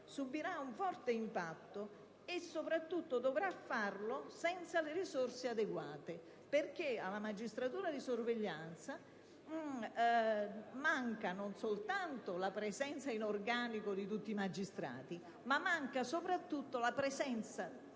subirà un forte impatto e soprattutto dovrà sostenerlo senza le risorse adeguate perché alla magistratura di sorveglianza manca non soltanto la presenza in organico di tutti i magistrati ma soprattutto la presenza